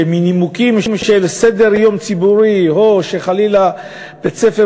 שמנימוקים של סדר ציבורי שחלילה בית-ספר